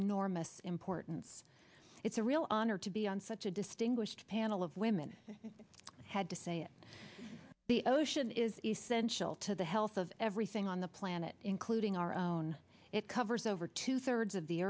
enormous importance it's a real honor to be on such a distinguished panel of women had to say it the ocean is essential to the health of everything on the planet including our own it covers over two thirds of the